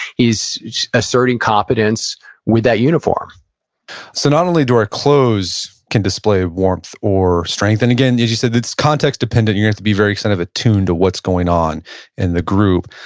he's asserting competence with that uniform so, not only do our clothes can display warmth or strength. and again, as you said, it's context dependent, you have to be very kind of attentive and to what's going on in the group.